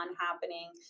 happening